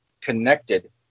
connected